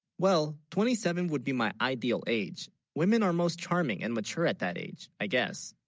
well twenty seven. would be my ideal age women are most charming and mature at that age i guess